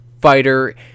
fighter